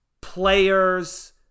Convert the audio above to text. players